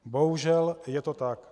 Bohužel je to tak.